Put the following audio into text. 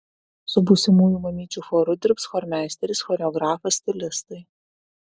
su būsimųjų mamyčių choru dirbs chormeisteris choreografas stilistai